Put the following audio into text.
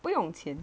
不用钱